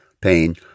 pain